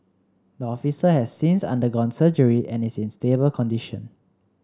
the officer has since undergone surgery and is in stable condition